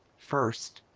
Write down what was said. first,